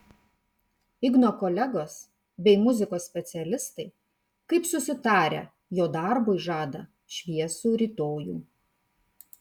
igno kolegos bei muzikos specialistai kaip susitarę jo darbui žada šviesų rytojų